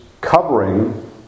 covering